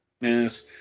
Yes